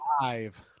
Five